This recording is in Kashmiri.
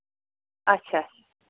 اَچھا